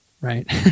Right